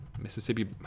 Mississippi